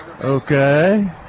Okay